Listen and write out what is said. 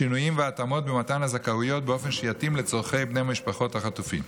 שינויים והתאמות במתן הזכאויות באופן שיתאים לצורכי בני משפחות החטופים.